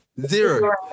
Zero